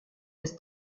des